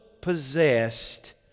possessed